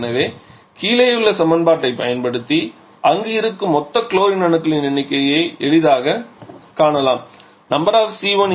எனவே கீழேயுள்ள சமன்பாட்டைப் பயன்படுத்தி அங்கு இருக்கும் மொத்த குளோரின் அணுக்களின் எண்ணிக்கையை எளிதாகக் காணலாம் no